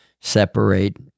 separate